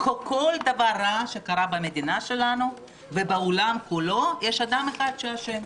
כל דבר רע שקרה במדינה שלנו ובעולם כולו יש אדם אחד שאשם,